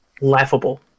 laughable